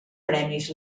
premis